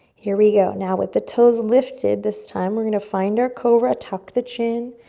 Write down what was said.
here we go, now with the toes lifted this time, we're gonna find our cobra, tuck the chin,